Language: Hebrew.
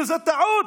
שזאת טעות?